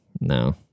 No